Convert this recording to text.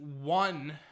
one